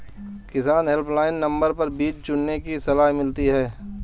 किसान helpline number पर बीज चुनने की सलाह मिलती है